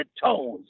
tones